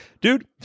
dude